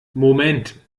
moment